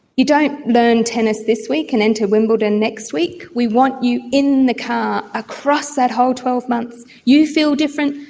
you don't learn tennis this week and enter wimbledon next week. we want you in the car across that whole twelve months. you feel different,